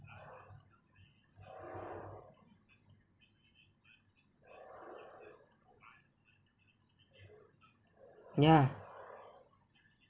ya